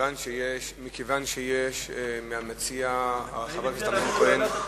מכיוון שיש מהמציע חבר הכנסת אמנון כהן,